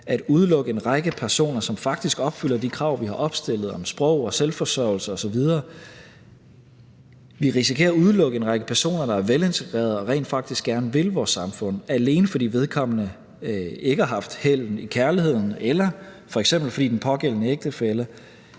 at udelukke en række personer, som faktisk opfylder de krav, vi har opstillet om sprog og selvforsørgelse osv. Vi risikerer at udelukke en række personer, der er velintegrerede og rent faktisk gerne vil vores samfund, alene fordi vedkommende ikke har haft held i kærligheden, eller f.eks. fordi den pågældende ægtefælle